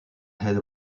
head